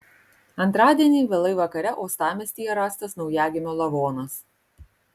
antradienį vėlai vakare uostamiestyje rastas naujagimio lavonas